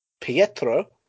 Pietro